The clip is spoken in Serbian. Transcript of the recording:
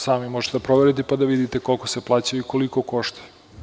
Sami možete da proverite, pa da vidite koliko se plaćaju i koliko košta.